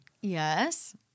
Yes